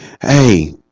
hey